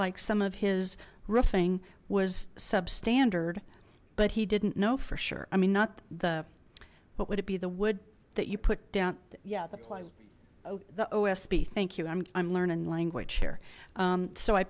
like some of his roofing was substandard but he didn't know for sure i mean not the what would it be the wood that you put down yeah the the osb thank you i'm learning language here so i